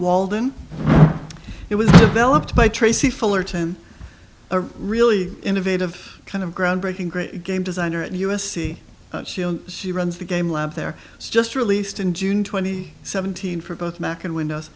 walden it was developed by tracy fullerton a really innovative kind of groundbreaking great game designer at u s c she runs the game lab there just released in june twenty seventeen for both mac and windows